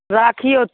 राखिऔ